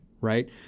right